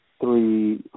three